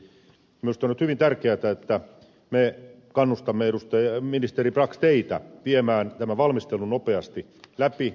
minusta on nyt hyvin tärkeätä että me kannustamme ministeri brax teitä viemään tämän valmistelun nopeasti läpi